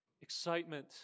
Excitement